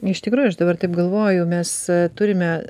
iš tikrųjų aš dabar taip galvoju mes turime